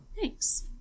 Thanks